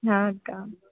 ಹಾಂ ಅಕ್ಕ